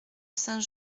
saint